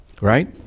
Right